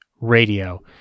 Radio